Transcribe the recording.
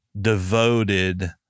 devoted